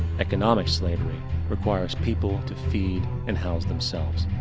economic slavery requires people to feed and house themselves.